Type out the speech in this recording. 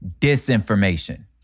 disinformation